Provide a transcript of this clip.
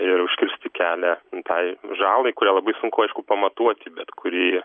ir užkirsti kelią tai žalai kurią labai sunku aišku pamatuoti bet kuri